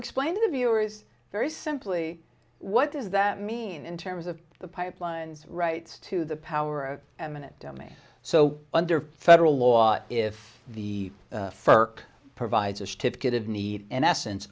explain to the viewers very simply what does that mean in terms of the pipelines rights to the power of eminent domain so under federal law if the fir provides a certificate of need in essence